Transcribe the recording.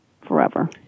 forever